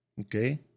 Okay